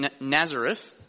Nazareth